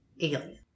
Alien